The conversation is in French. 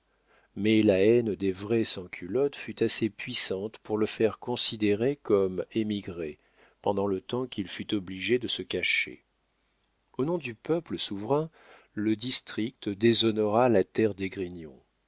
mais la haine des vrais sans culottes fut assez puissante pour le faire considérer comme émigré pendant le temps qu'il fut obligé de se cacher au nom du peuple souverain le district déshonora la terre d'esgrignon les